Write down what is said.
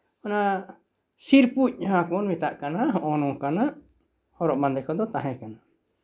ᱚᱱᱟ ᱥᱤᱨᱯᱩᱡ ᱡᱟᱦᱟᱸ ᱵᱚᱱ ᱢᱮᱛᱟᱜ ᱠᱟᱱᱟ ᱦᱚᱸᱜᱼᱚ ᱱᱚᱝᱠᱟᱱᱟᱜ ᱦᱚᱨᱚᱜ ᱵᱟᱸᱫᱮ ᱠᱚᱫᱚ ᱛᱟᱦᱮᱸ ᱠᱟᱱᱟ